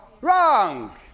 wrong